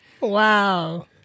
Wow